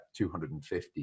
250